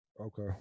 Okay